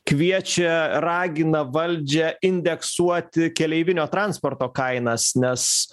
kviečia ragina valdžią indeksuoti keleivinio transporto kainas nes